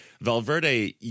Valverde